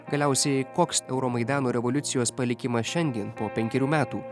galiausiai koks euromaidano revoliucijos palikimas šiandien po penkerių metų